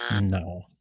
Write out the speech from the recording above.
No